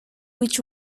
which